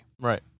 Right